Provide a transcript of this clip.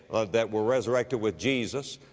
that were resurrected with jesus,